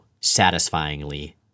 satisfyingly